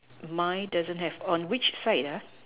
my doesn't have on which side